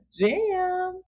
jam